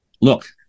Look